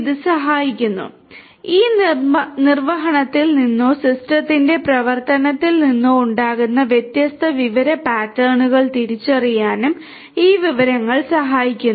ഇത് സഹായിക്കുന്നു ഈ നിർവ്വഹണത്തിൽ നിന്നോ സിസ്റ്റത്തിന്റെ പ്രവർത്തനത്തിൽ നിന്നോ ഉണ്ടാകുന്ന വ്യത്യസ്ത വിവര പാറ്റേണുകൾ തിരിച്ചറിയാനും ഈ വിവരങ്ങൾ സഹായിക്കുന്നു